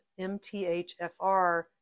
MTHFR